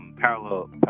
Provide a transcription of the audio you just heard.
parallel